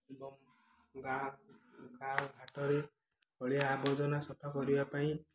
ଏବଂ ଗାଁ ଗାଁ ଘାଟରେ ଅଳିଆ ଆବର୍ଜନା ସଫା କରିବା ପାଇଁ